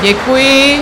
Děkuji.